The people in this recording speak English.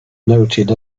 noted